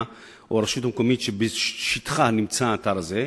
או הרשות המקומית שבשטחה נמצא האתר הזה.